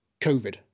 COVID